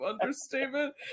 understatement